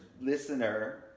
listener